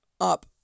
up